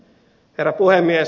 herra puhemies